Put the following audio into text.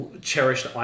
cherished